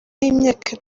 y’imyaka